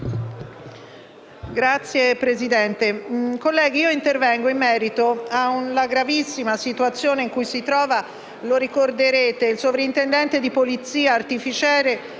Signor Presidente, colleghi, intervengo in merito alla gravissima situazione in cui si trova il sovrintendente di polizia artificiere